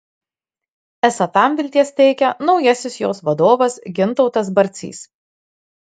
esą tam vilties teikia naujasis jos vadovas gintautas barcys